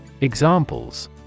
Examples